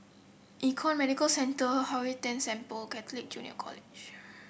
Econ Medicare Centre Hwee San Temple Catholic Junior College